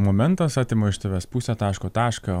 momentas atima iš tavęs pusę taško tašką